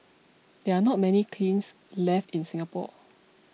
there are not many kilns left in Singapore